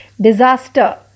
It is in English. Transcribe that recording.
Disaster